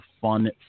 fun